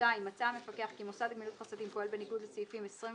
(2)מצא המפקח כי מוסד לגמילות חסדים פועל בניגוד לסעיפים 21